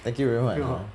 thank you very much hor